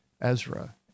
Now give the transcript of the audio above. ezra